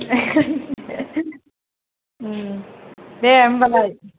दे होमबालाय